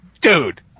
dude